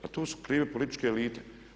Pa tu su krive političke elite.